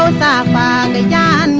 ah da da da